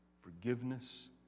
forgiveness